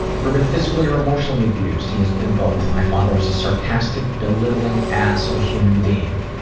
ever been physically or emotionally abused? he has been both. my father is a sarcastic belittling ass of a human being.